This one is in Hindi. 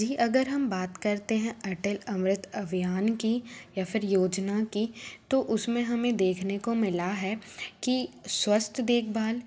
जी अगर हम बात करते हैं अटल अमृत अभियान की या फिर योजना की तो उसमें हमें देखने को मिला है कि स्वस्थ देखभाल